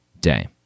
day